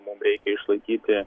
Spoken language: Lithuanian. mum reikia išlaikyti